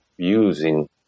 Using